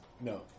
No